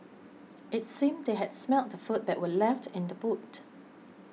it seemed that they had smelt the food that were left in the boot